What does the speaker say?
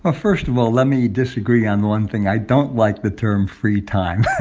ah first of all, let me disagree on one thing. i don't like the term free time.